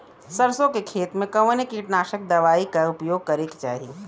सरसों के खेत में कवने कीटनाशक दवाई क उपयोग करे के चाही?